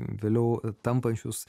vėliau tampančius